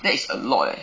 that is a lot leh